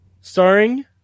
Starring